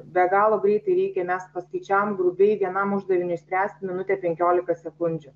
be galo greitai reikia mes paskaičiavom grubiai vienam uždaviniui spręst minutė penkiolika sekundžių